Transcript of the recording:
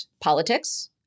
politics